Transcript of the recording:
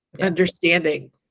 understanding